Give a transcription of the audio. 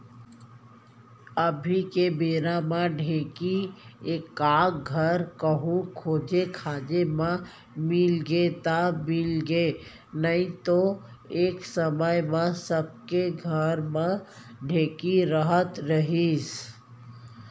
अभी के बेरा म ढेंकी हर एकाध धर कहूँ खोजे खाजे म मिलगे त मिलगे नइतो एक समे म सबे के घर म ढेंकी रहत रहिस